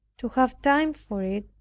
to have time for it,